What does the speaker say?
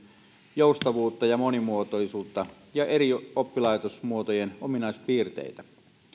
joustavuutta ja monimuotoisuutta ja eri oppilaitosmuotojen ominaispiirteitä